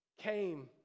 came